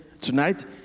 tonight